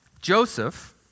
Joseph